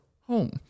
home